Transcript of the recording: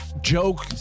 joke